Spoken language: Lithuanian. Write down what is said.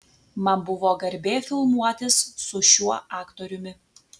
man buvo garbė filmuotis su šiuo aktoriumi